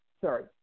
Sorry